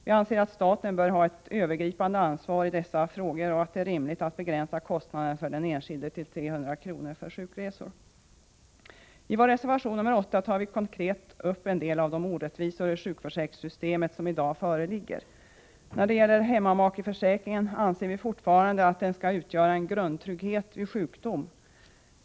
Vi anser att staten bör ha ett övergripande ansvar i dessa frågor och att det är rimligt att begränsa kostnaderna för den enskilde till 300 kr. per år för sjukresor. I vår reservation 8 tar vi konkret upp en del av de orättvisor i sjukförsäkringssystemet som i dag föreligger. Vi anser fortfarande att hemmamakeförsäkringen skall utgöra en grundtrygghet vid sjukdom.